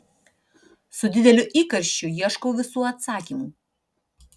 su dideliu įkarščiu ieškau visų atsakymų